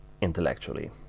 intellectually